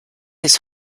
his